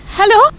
Hello